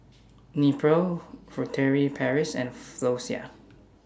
Nepro Furtere Paris and Floxia